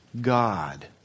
God